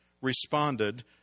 responded